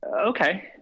Okay